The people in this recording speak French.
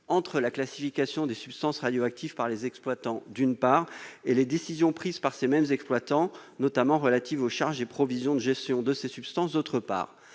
entre la classification des substances radioactives par les exploitants, d'une part, et les décisions prises par ces mêmes exploitants relatives aux charges et provisions de gestion de ces substances, d'autre part